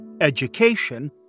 education